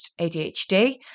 ADHD